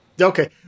Okay